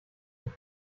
und